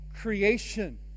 creation